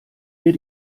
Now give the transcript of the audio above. ihr